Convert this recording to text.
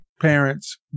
parents